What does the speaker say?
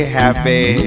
happy